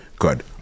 Good